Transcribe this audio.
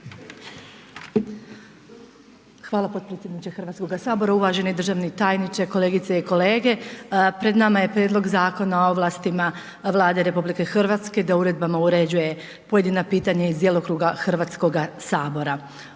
Hvala potpredsjedniče Hrvatskoga sabora. Uvaženi državni tajniče, kolegice i kolege. Pred nama je Prijedlog zakona o ovlastima Vlade RH da uredbama uređuje pojedina pitanja iz djelokruga Hrvatskoga sabora.